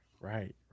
right